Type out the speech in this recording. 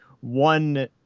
one